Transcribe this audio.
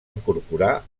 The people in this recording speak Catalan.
incorporar